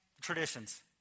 traditions